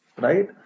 right